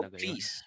please